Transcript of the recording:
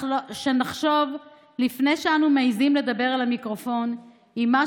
שנחשוב לפני שאנו מעיזים לדבר אל המיקרופון אם את מה